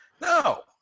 No